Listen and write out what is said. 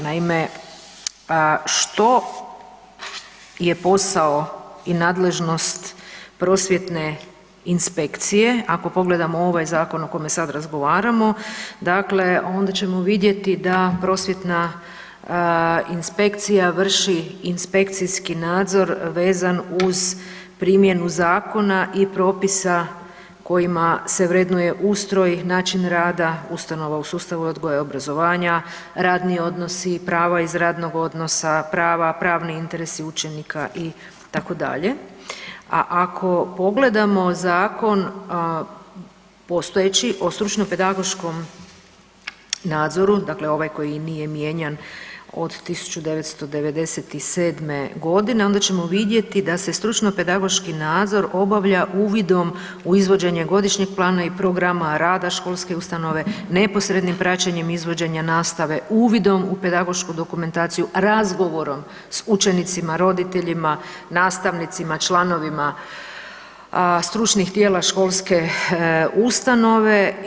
Naime, što je posao i nadležnost prosvjetne inspekcije ako pogledamo ovaj zakon o kome sada razgovaramo dakle onda ćemo vidjeti da prosvjetna inspekcija vrši inspekcijski nadzor vezan uz primjenu zakona i propisa kojima se vrednuje ustroj, način rada ustanova u sustavu odgoja i obrazovanja, radni odnosi, prava iz radnog odnosa, prava, pravi interesi učenika itd., a ako pogledamo zakon postojeći o stručno pedagoškom nadzoru, dakle ovaj koji nije mijenjan od 1997. godine, onda ćemo vidjeti da se stručno pedagoški nadzor obavlja uvidom u izvođenje godišnjeg plana i programa rada školske ustanove, neposrednim praćenjem izvođenja nastave, uvidom u pedagošku dokumentaciju, razgovorom s učenicima, roditeljima, nastavnicima, članovima stručnih tijela školske ustanove.